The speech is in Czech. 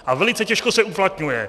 A velice těžko se uplatňuje.